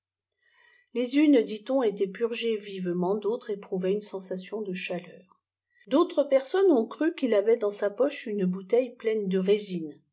les unes dit-on étaient purgées vivement d'autres éprouvaient une sensation de chaleur d'autres personnes ont cru qu'il avait dan sa poche une bouteille pleine de résine